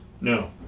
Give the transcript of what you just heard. no